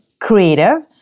creative